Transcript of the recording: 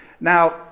Now